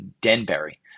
Denbury